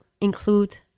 include